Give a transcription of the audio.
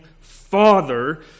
father